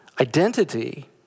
Identity